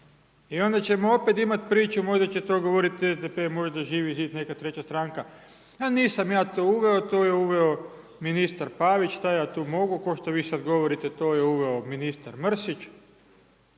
I onda ćemo opet imati priču, možda će to govoriti SDP, možda Živi zid, neka treća stranka, ja nisam to uveo, to je uveo ministar Pavić, šta ja tu mogu, kao što vi sad govorite to je uveo ministar Mrsić,